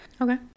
Okay